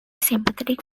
sympathetic